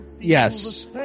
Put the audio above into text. Yes